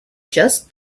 just